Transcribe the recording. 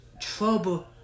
trouble